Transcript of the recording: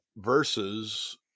versus